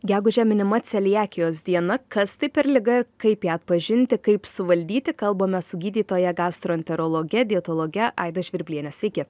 gegužę minima celiakijos diena kas tai per liga ir kaip ją atpažinti kaip suvaldyti kalbamės su gydytoja gastroenterologe dietologe aida žvirbliene sveiki